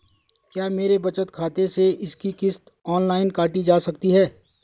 क्या मेरे बचत खाते से इसकी किश्त ऑनलाइन काटी जा सकती है?